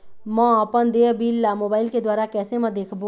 म अपन देय बिल ला मोबाइल के द्वारा कैसे म देखबो?